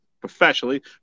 professionally